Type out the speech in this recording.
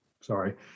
sorry